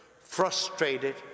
frustrated